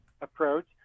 approach